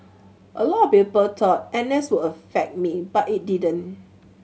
a lot of people thought N S would affect me but it didn't